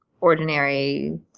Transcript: ordinary